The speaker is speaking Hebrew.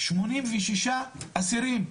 86 אסירים.